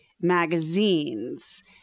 magazines